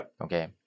Okay